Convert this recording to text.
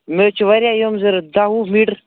مےٚ حظ چھِ واریاہ یِم ضروٗرت دَہ وُہ میٖٹر